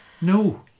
No